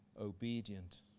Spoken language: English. obedient